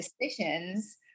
decisions